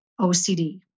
OCD